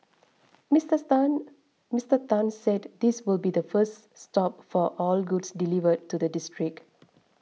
Mister Tan Mister Tan said this will be the first stop for all goods delivered to the district